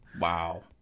Wow